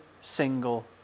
single